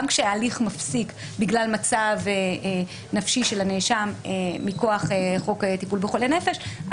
גם כאשר ההליך מפסיק בגלל מצב נפשי של הנאשם מכוח חוק הטיפול בחולי נפש,